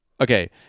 Okay